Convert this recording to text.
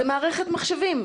זאת מערכת מחשבים.